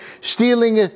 Stealing